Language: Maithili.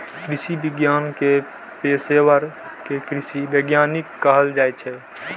कृषि विज्ञान के पेशवर कें कृषि वैज्ञानिक कहल जाइ छै